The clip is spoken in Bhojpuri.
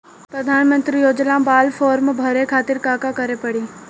प्रधानमंत्री योजना बाला फर्म बड़े खाति का का करे के पड़ी?